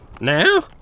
Now